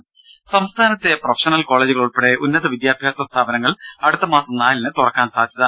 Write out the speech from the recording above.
ടെട്ട സംസ്ഥാനത്തെ പ്രൊഫഷണൽ കോളജുകൾ ഉൾപ്പെടെ ഉന്നത വിദ്യാഭ്യാസ സ്ഥാപനങ്ങൾ അടുത്തമാസം നാലിന് തുറക്കാൻ സാധ്യത